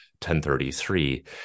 1033